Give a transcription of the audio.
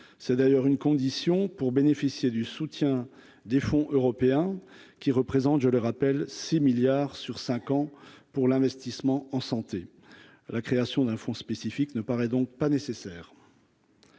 c'est d'ailleurs une condition pour bénéficier du soutien des fonds européens, qui représentent, je le rappelle 6 milliards sur 5 ans pour l'investissement en santé, la création d'un fonds spécifique ne paraît donc pas nécessaire.